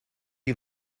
you